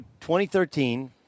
2013